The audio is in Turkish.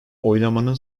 oylamanın